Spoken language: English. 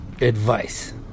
advice